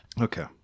Okay